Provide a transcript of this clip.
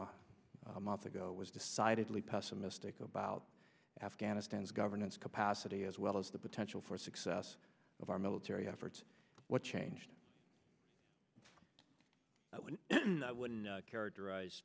a a month ago was decidedly pessimistic about afghanistan's governance capacity as well as the potential for success of our military efforts what changed when i wouldn't characterize